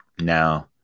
Now